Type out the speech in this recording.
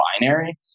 binary